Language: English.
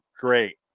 Great